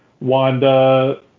Wanda